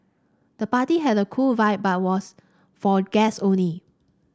the party had a cool vibe but was for guests only